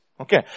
Okay